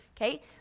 okay